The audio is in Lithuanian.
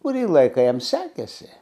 kurį laiką jam sekėsi